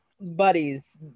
buddies